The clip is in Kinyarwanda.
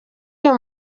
uyu